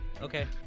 Okay